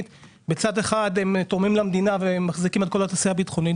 בצד אחד תורמים למדינה ומחזיקים את כל התעשייה הביטחונית,